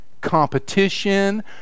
competition